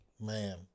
Man